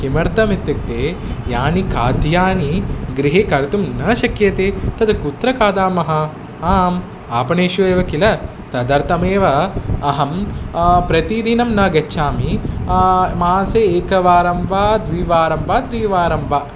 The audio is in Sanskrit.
किमर्थम् इत्युक्ते यानि खाद्यानि गृहे कर्तुं न शक्यते तद् कुत्र खादामः आम् आपणेषु एव किल तदर्थमेव अहं प्रतिदिनं न गच्छामि मासे एकवारं वा द्विवारं वा त्रिवारं वा